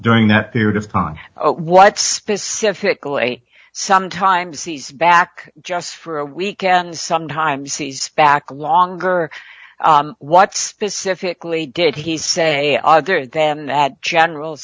during that period of time what specifically sometimes he's back just for a weekend sometimes he's back longer what's pacifically did he say other than add general